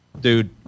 Dude